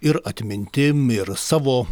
ir atmintim ir savo